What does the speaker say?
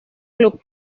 club